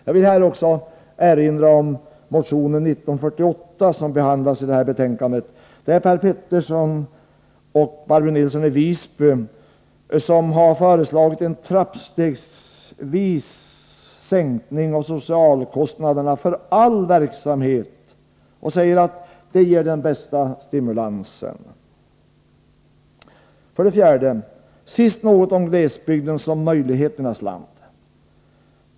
Jag vill också här erinra om motion 1948 som behandlas i detta betänkande, där Per Petersson och Barbro Nilsson i Visby har föreslagit en trappstegsvis sänkning av socialkostnaderna för all verksamhet och säger att det ger den bästa stimulansen. 4. Sist vill jag säga något om glesbygden som möjligheternas land.